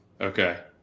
Okay